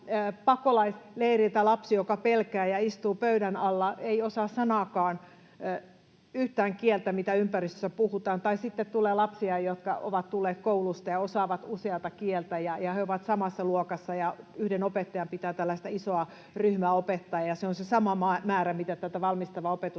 pakolaisleiriltä lapsi, joka pelkää ja istuu pöydän alla, ei osaa sanaakaan kieltä, mitä ympäristössä puhutaan, tai sitten tulee lapsia, jotka ovat tulleet koulusta ja osaavat useata kieltä, ja he ovat samassa luokassa, ja yhden opettajan pitää tällaista isoa ryhmää opettajaa, ja koska se on se sama määrä, mitä tätä valmistavaa opetusta